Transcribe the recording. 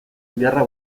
gerra